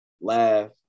laugh